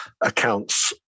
accounts